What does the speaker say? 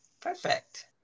perfect